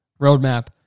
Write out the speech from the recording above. Roadmap